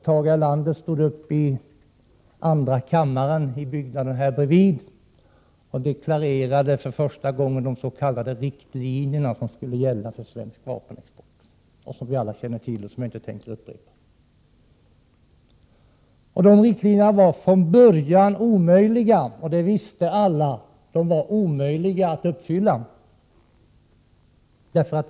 Tage Erlander stod upp i andra kammaren, i byggnaden här bredvid, och deklarerade för första gången de s.k. riktlinjerna som skulle gälla för svensk vapenexport, som vi alla känner till och jag inte tänker upprepa. De riktlinjerna var från början omöjliga att uppfylla, och det visste alla.